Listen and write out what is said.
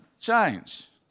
change